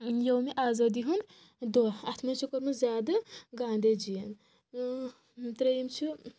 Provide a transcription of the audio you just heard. یومہِ آزٲدی ہُنٛد دۄہ اَتھ منٛز چھُ کوٚرمُت زیادٕ گاندھی جین تہٕ ترٛیٚیم چھُ